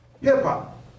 hip-hop